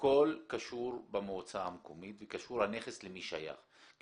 שהכל קשור במועצה המקומית וקשור למי שייך הנכס.